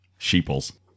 Sheeples